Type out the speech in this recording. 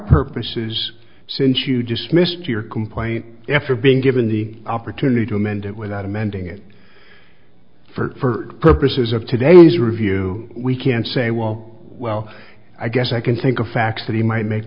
purposes since you dismissed your complaint after being given the opportunity to amend it without amending it for purposes of today's review we can say well well i guess i can think of facts that he might make